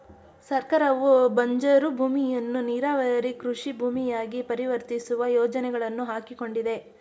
ಸರ್ಕಾರವು ಬಂಜರು ಭೂಮಿಯನ್ನು ನೀರಾವರಿ ಕೃಷಿ ಭೂಮಿಯಾಗಿ ಪರಿವರ್ತಿಸುವ ಯೋಜನೆಗಳನ್ನು ಹಾಕಿಕೊಂಡಿದೆ